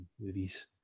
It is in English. movies